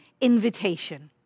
invitation